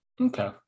Okay